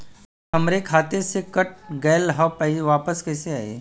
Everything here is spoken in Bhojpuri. आऊर हमरे खाते से कट गैल ह वापस कैसे आई?